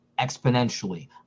exponentially